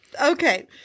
Okay